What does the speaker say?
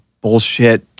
bullshit